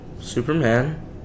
Superman